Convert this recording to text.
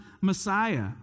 Messiah